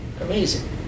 Amazing